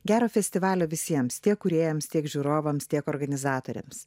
gero festivalio visiems tiek kūrėjams tiek žiūrovams tiek organizatoriams